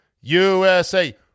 USA